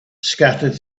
scattered